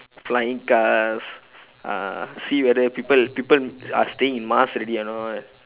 flying cars uh see whether people people are staying in mars already or not